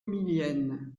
millienne